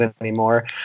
anymore